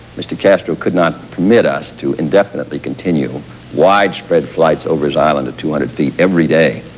mr. castro could not permit us to indefinitely continue widespread flights over his island at two hundred feet every day.